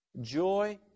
joy